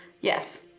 Yes